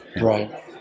right